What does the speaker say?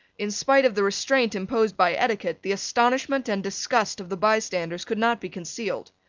in spite of the restraint imposed by etiquette, the astonishment and disgust of the bystanders could not be concealed.